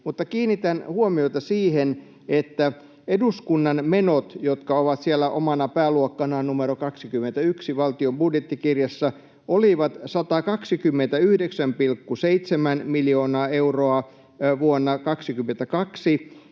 kiinnitän huomiota siihen, että eduskunnan menot, jotka ovat siellä omana pääluokkanaan, numero 21 valtion budjettikirjassa, olivat 129,7 miljoonaa euroa vuonna 22.